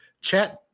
chat